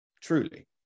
truly